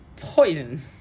poison